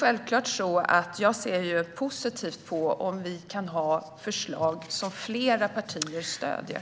Jag ser positivt på förslag som flera partier stöder.